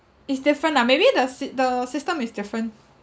is different lah maybe the sy~ the system is different